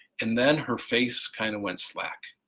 and then her face kind of went slack